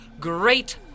great